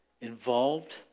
involved